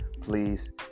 please